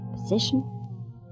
position